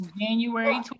January